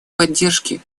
поддержке